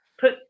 put